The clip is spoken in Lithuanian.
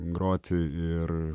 groti ir